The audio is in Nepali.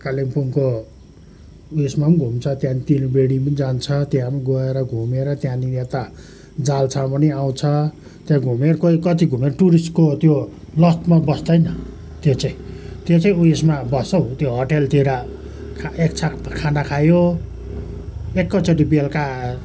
कालिम्पोङको उयसमा पनि घुम्छ त्यहाँ त्रिवेणी पनि जान्छ त्यहाँ पनि गएर घुमेर त्यहाँदेखि यता जाल्सा पनि आउँछ त्यहाँ घुमे कोही कति घुम्यो टुरिस्टको त्यो लसमा बस्दैन त्यो चाहिँ त्यो चाहिँ उयसमा बस्छ हौ त्यो होटेलतिर एक छाक खाना खायो एकैचोटि बेलुका